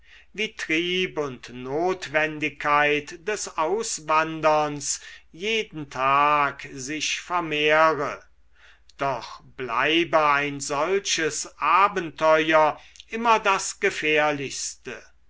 wie trieb und notwendigkeit des auswanderns jeden tag sich vermehre doch bleibe ein solches abenteuer immer das gefährlichste